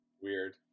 Weird